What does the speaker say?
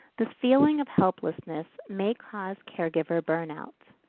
this feeling of helplessness may cause caregiver burnouts.